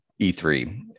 E3